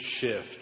shift